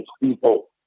people